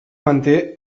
manté